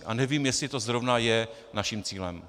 A nevím, jestli to zrovna je naším cílem.